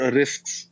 risks